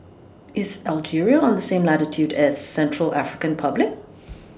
IS Algeria on The same latitude as Central African Republic